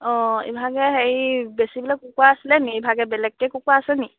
অঁ ইভাগে হেৰি বেচিবলৈ কুকুৰা আছিলেনি ইভাগে বেলেগকৈ কুকুৰা আছেনি